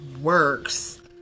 works